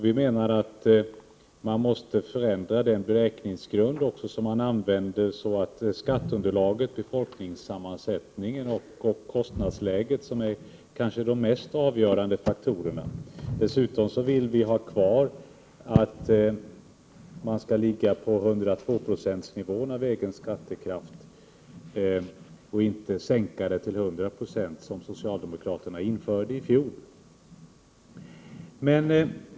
Vi menar att man måste förändra den beräkningsgrund som man använder, så att hänsyn tas till skatteunderlaget, befolkningssammansättningen och kostnadsläget, som kanske är de mest avgörande faktorerna. Dessutom vill vi ha kvar 102 procentsnivån av egen skattekraft och inte sänka nivån till 100 96, som socialdemokraterna införde i fjol.